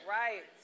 Right